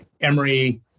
Emory